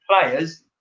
players